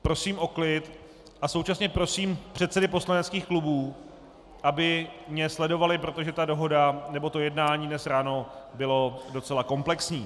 Prosím o klid a současně prosím předsedy poslaneckých klubů, aby mě sledovali, protože ta dohoda nebo to jednání dnes ráno bylo docela komplexní.